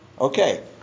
Okay